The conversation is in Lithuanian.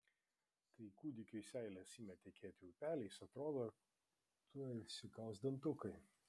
kai kūdikiui seilės ima tekėti upeliais atrodo tuoj išsikals dantukai